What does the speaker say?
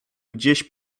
gdzieś